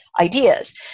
ideas